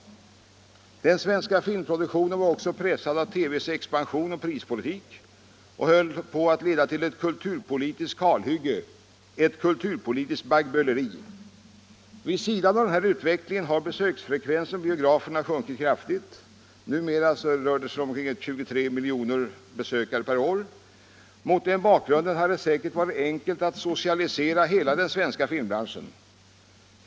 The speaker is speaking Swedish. Den svenska filmproduktionen var också pressad av TV:s expansion och prispolitik som höll på att leda till ett kulturpolitiskt kalhygge — ett kulturpolitiskt baggböleri. Vid sidan av denna utveckling har besöksfrekvensen på biograferna sjunkit kraftigt. Numera rör det sig om 23 miljoner besökare per år. Mot den bakgrunden hade det säkert varit enkelt att socialisera hela den svenska filmbranschen.